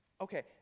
Okay